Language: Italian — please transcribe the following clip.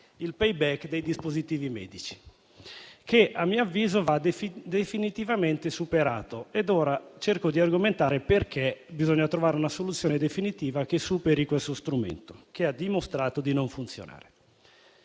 al *payback* sui dispositivi medici, che a mio avviso va definitivamente superato. E cerco di argomentare perché bisogna trovare una soluzione definitiva che superi questo strumento che ha dimostrato di non funzionare.